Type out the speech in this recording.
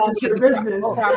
business